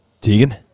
Tegan